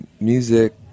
music